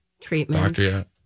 treatment